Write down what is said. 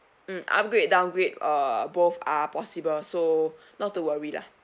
mm upgrade downgrade uh both are possible so not to worry lah